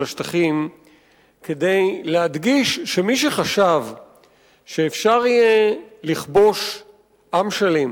השטחים כדי להדגיש שמי שחשב שאפשר יהיה לכבוש עם שלם